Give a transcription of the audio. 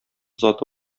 заты